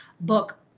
book